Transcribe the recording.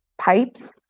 pipes